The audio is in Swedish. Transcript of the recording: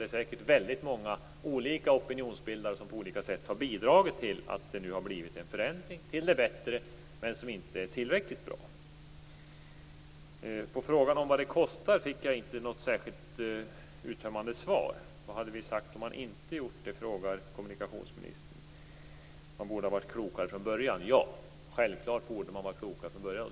Det är säkert många olika opinionsbildare som på olika sätt har bidragit till att det nu har blivit en förändring till det bättre men som inte är tillräckligt bra. På frågan om vad det kostar fick jag inte något särskilt uttömmande svar. Vad hade vi sagt om man inte hade gjort det, frågar kommunikationsministern. Man borde ha varit klokare från början. Ja, självklart borde man ha varit klokare från början.